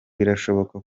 birashoboka